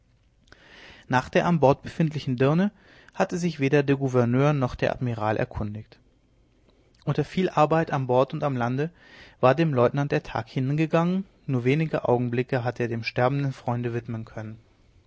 nach der an bord befindlichen dirne hatte sich weder der gouverneur noch der admiral erkundigt unter viel arbeit an bord und am land war dem leutnant der tag hingegangen nur wenige kurze augenblicke hatte er dem sterbenden freunde widmen können